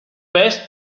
best